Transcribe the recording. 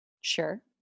Sure